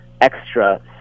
extra